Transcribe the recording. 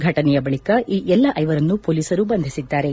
ಫಟನೆಯ ಬಳಿಕ ಈ ಎಲ್ಲ ಐವರನ್ನು ಮೊಲೀಸರು ಬಂಧಿಸಿದ್ದಾರೆ